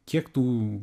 kiek tų